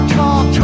talk